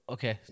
Okay